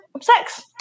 sex